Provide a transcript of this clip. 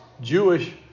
Jewish